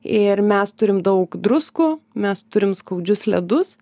ir mes turim daug druskų mes turim skaudžius ledus